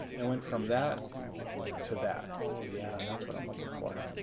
it went from that to that. oh, yeah that's what i'm looking for.